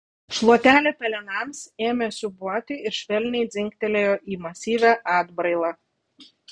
šluotelė pelenams ėmė siūbuoti ir švelniai dzingtelėjo į masyvią atbrailą